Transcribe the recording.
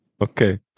Okay